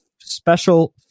special